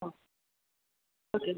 okay